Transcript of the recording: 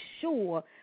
sure